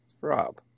Rob